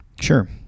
Sure